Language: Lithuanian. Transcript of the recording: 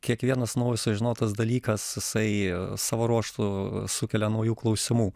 kiekvienas naujas sužinotas dalykas jisai savo ruožtu sukelia naujų klausimų